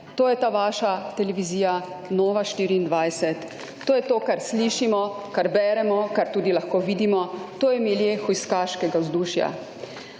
To je ta vaša televizija Nova24. To je to, kar slišimo, kar beremo, kar tudi lahko vidimo. To je milje hujskaškega vzdušja.